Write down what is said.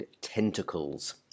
tentacles